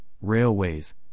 railways